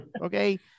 Okay